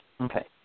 Okay